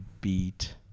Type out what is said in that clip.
beat